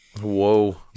Whoa